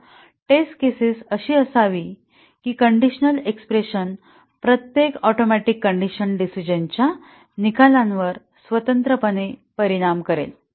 तर test cases अशी असावी की कंडिशनल एक्स्प्रेशन प्रत्येक ऍटोमिक कंडिशन डिसिजणंच्या निकालावर स्वतंत्रपणे परिणाम करेल